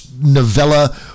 novella